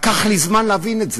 לקח לי זמן להבין את זה.